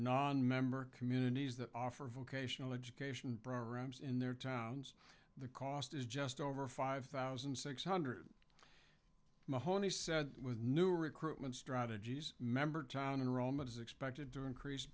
nonmember communities that offer vocational education programs in their towns the cost is just over five thousand six hundred mahoney said with new recruitment strategies member tanya romas expected to increase